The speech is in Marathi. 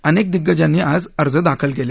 अनेक दिग्गजांनी आज अर्ज दाखल केले